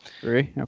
three